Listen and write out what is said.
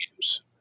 games